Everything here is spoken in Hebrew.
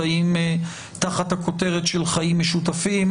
האם תחת הכותרת של חיים משותפים,